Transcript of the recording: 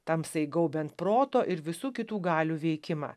tamsai gaubiant proto ir visų kitų galių veikimą